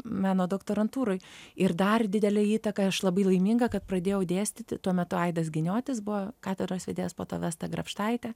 meno doktorantūroj ir dar didelei įtakai aš labai laiminga kad pradėjau dėstyti tuo metu aidas giniotis buvo katedros vedėjas po to vesta grabštaitė